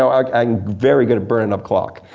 so um i'm very good at burnin' up clock.